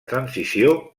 transició